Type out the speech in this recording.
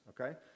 okay